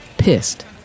pissed